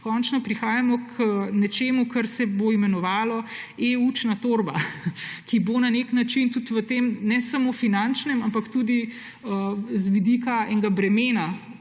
končno prihajamo k nečemu, kar se bo imenovalo e-učna torba, ki bo na nek način ne samo s finančnega, ampak tudi z vidika bremena